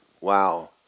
wow